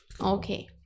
Okay